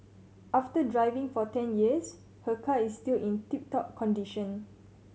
after driving for ten years her car is still in tip top condition